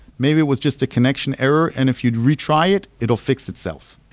maybe it was just a connection error and if you'd retry it, it'll fix itself.